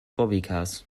bobbycars